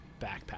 backpack